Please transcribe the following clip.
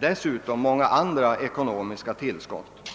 desutom många andra ekonomiska tillskott.